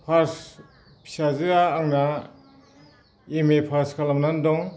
first फिसाजोआ आंना M A pass खालामनानै दं